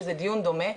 שזה דיון דומה,